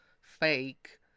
fake